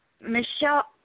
Michelle